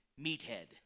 Meathead